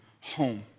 home